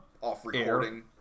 off-recording